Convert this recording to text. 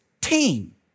team